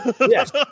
Yes